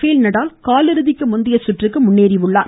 பேல் நடால் காலிறுதிக்கு முந்தைய சுற்றுக்கு முன்னேறினார்